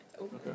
Okay